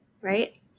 right